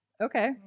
Okay